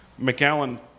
McAllen